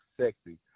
sexy